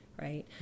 right